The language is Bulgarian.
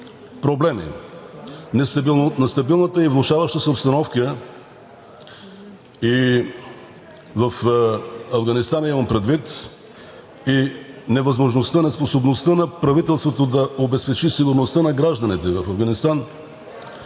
проблеми. Нестабилната и влошаваща се обстановка – в Афганистан имам предвид, невъзможността и неспособността на правителството да обезпечи сигурността на гражданите в Афганистан,